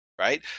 right